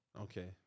Okay